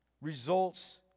results